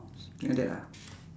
something like that ah